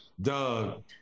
Doug